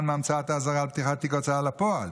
מהמצאת האזהרה על פתיחת תיק הוצאה לפועל.